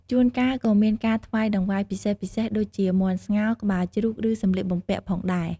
ជួនកាលក៏មានការថ្វាយតង្វាយពិសេសៗដូចជា មាន់ស្ងោរ ក្បាលជ្រូក ឬសម្លៀកបំពាក់ផងដែរ។